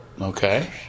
Okay